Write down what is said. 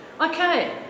Okay